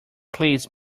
please